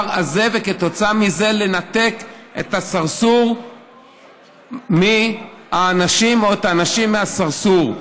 הזה וכך לנתק את הסרסור מהאנשים או את האנשים מהסרסור.